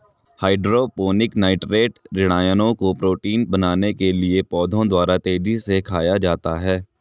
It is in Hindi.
हाइड्रोपोनिक नाइट्रेट ऋणायनों को प्रोटीन बनाने के लिए पौधों द्वारा तेजी से खाया जाता है